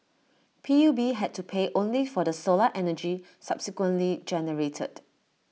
P U B had to pay only for the solar energy subsequently generated